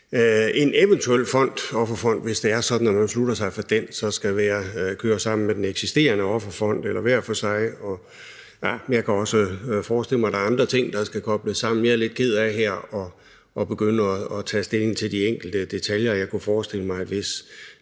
en eventuel offerfond, hvis man beslutter sig for den, så skal køre sammen med den eksisterende offerfond, eller om de skal køre hver for sig, men jeg kan også forestille mig, at der er andre ting, der skal kobles sammen. Jeg er lidt ked af at skulle begynde at tage stilling til de enkelte detaljer her. Jeg kunne forestille mig, at hvis